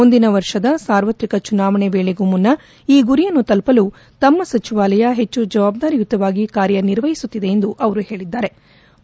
ಮುಂದಿನ ವರ್ಷದ ಸಾರ್ವತ್ರಿಕ ಚುನಾವಣೆ ವೇಳೆಗೂ ಮುನ್ನ ಈ ಗುರಿಯನ್ನು ತಲುಪಲು ತಮ್ನ ಸಚವಾಲಯ ಹೆಚ್ಚು ಜವಾಬ್ಗಾರಿಯುತವಾಗಿ ಕಾರ್ಯನಿರ್ವಹಿಸುತ್ತಿದೆ ಎಂದು ಅವರು ಹೇಳಿದ್ಗಾರೆ